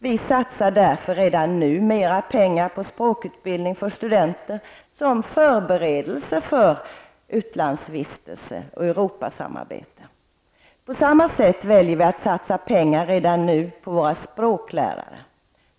Vi satsar därför redan nu mera pengar på språkutbildning för studenter som förberedelse för utlandsvistelse och På samma sätt väljer vi att satsa pengar redan nu på våra språklärare.